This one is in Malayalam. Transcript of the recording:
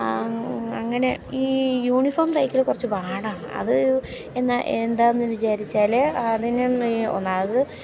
അങ്ങനെ ഈ യൂണിഫോം തയ്ക്കൽ കുറച്ചുപാടാണ് അത് എന്നാ എന്താണെന്നു വിചാരിച്ചാൽ അതിന് ഈ ഒന്നാമത്